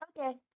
Okay